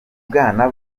bwana